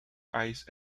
ice